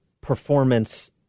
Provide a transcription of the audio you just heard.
performance